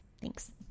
Thanks